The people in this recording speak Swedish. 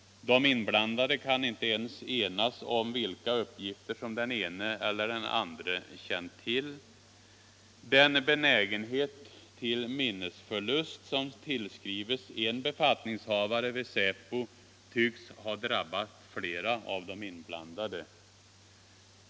De inblandade kan inte ens enas om vilka uppgifter som den ene eller andre känt till. Den benägenhet till minnesförlust som tillskrivs en befattningshavare vid säpo tycks ha drabbat flera av de inblandade.